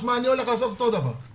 תשמע אני הולך לעשות אותו דבר רק